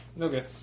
Okay